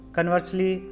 Conversely